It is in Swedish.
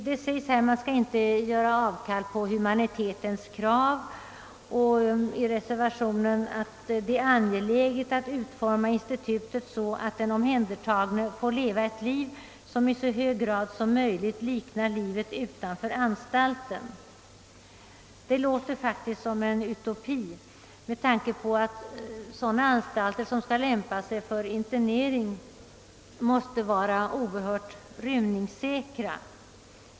Det sägs här att man inte skall göra avkall på humanitetens krav, och i reservationen framhålls att det är angeläget att utforma institutets internering så, »att den omhändertagne får leva ett liv som i så hög grad som möjligt liknar livet utanför anstalten ...». Detta låter faktiskt som en utopi med tanke på att anstalter som skall lämpa sig för internering måste vara i hög grad rymningssäkra.